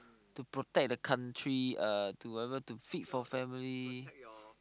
to protect our country uh to whatever to feed for family